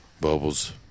bubbles